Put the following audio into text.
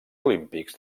olímpics